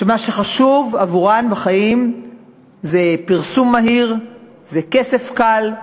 שמה שחשוב עבורם בחיים זה פרסום מהיר, זה כסף קל.